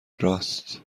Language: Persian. راست